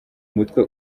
mutwe